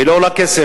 היא לא עולה כסף.